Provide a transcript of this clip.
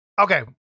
okay